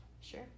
sure